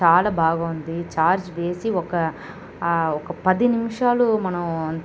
చాలా బాగుంది చార్జ్ వేసి ఒక ఒక పది నిమిషాలు మనం